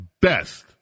best